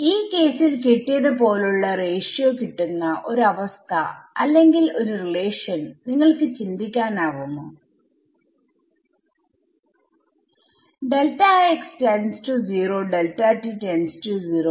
ഈ കേസിൽ കിട്ടിയത് പോലുള്ള റേഷിയോ കിട്ടുന്ന ഒരു അവസ്ഥ അല്ലെങ്കിൽ ഒരു റിലേഷൻ നിങ്ങൾക്ക് ചിന്തിക്കാനാവുമോ